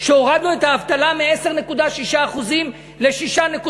לכל ההצלחות של המשק הישראלי בארבע